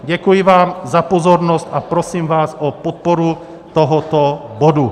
Děkuji vám za pozornost a prosím vás o podporu tohoto bodu.